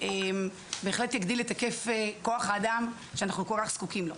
וזה בהחלט יגדיל את היקף כוח האדם שאנחנו כל כך זקוקים לו.